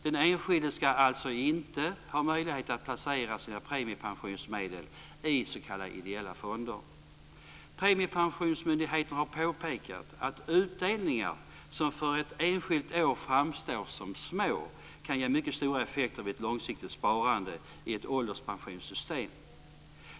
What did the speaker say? Den enskilde ska alltså inte ha möjlighet att placera sina premiepensionsmedel i s.k. ideella fonder. Premiepensionsmyndigheten har påpekat att utdelningar som för ett enskilt år framstår som små kan ge mycket stora effekter vid ett långsiktigt sparande i ett ålderspensionssystem.